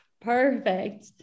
Perfect